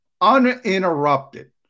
uninterrupted